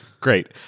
great